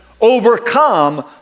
overcome